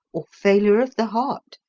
or failure of the heart.